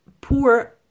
poor